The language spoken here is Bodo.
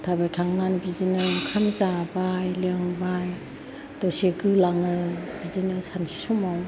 थाबायखांनानै बिदिनो ओंखाम जाबाय लोंबाय दसे गोलाङो बिदिनो सानसु समाव